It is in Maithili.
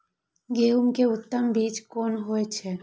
गेंहू के उत्तम बीज कोन होय छे?